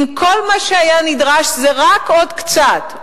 אם כל מה שנדרש זה רק עוד קצת,